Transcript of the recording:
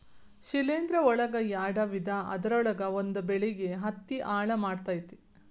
ಶಿಲೇಂಧ್ರ ಒಳಗ ಯಾಡ ವಿಧಾ ಅದರೊಳಗ ಒಂದ ಬೆಳಿಗೆ ಹತ್ತಿ ಹಾಳ ಮಾಡತತಿ